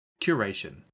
Curation